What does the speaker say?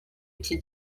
iki